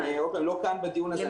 הם לא כאן בדיון הזה,